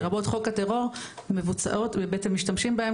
לרבות חוק הטרור מבוצעות ובעצם משתמשים בהם